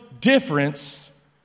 difference